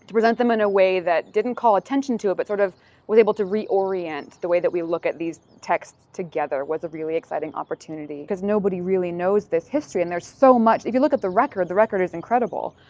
present them in a way that didn't call attention to, but sort of was able to reorient the way that we look at these texts together was a really exciting opportunity. because nobody really knows this history and there's so much, if you look at the record the record is incredible.